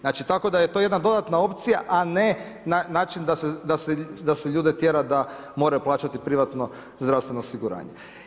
Znači tako da je to jedna dodatna opcija a ne način da se ljude tjera da moraju plaćati privatno zdravstveno osiguranje.